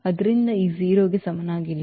ಆದ್ದರಿಂದ ಇದು 0 ಕ್ಕೆ ಸಮನಾಗಿಲ್ಲ